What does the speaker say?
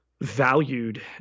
valued